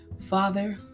Father